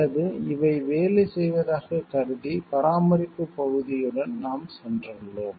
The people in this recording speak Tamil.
அல்லது இவை வேலை செய்வதாகக் கருதி பராமரிப்புப் பகுதியுடன் நாம் சென்றுள்ளோம்